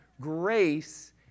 grace